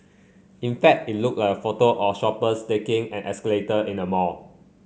in fact it looked a photo or shoppers taking an escalator in a mall